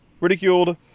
ridiculed